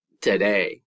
today